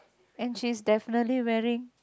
and she is definitely wearing